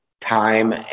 time